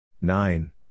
nine